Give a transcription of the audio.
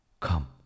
Come